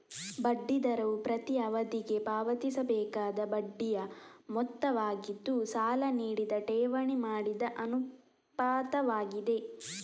ಬಡ್ಡಿ ದರವು ಪ್ರತಿ ಅವಧಿಗೆ ಪಾವತಿಸಬೇಕಾದ ಬಡ್ಡಿಯ ಮೊತ್ತವಾಗಿದ್ದು, ಸಾಲ ನೀಡಿದ ಠೇವಣಿ ಮಾಡಿದ ಅನುಪಾತವಾಗಿದೆ